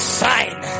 sign